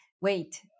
wait